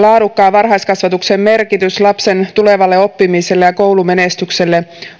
varhaiskasvatuksen merkitys lapsen tulevalle oppimiselle ja koulumenestykselle